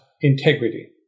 integrity